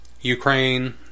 Ukraine